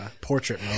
portrait